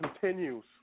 continues